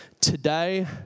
today